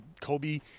Kobe